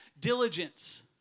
diligence